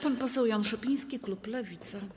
Pan poseł Jan Szopiński, klub Lewica.